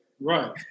Right